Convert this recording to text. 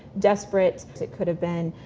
desperate? it could've been